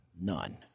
None